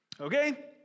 Okay